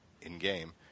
in-game